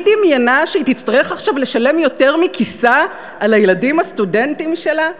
היא דמיינה שהיא תצטרך עכשיו לשלם יותר מכיסה על הילדים הסטודנטים שלה?